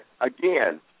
again